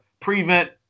prevent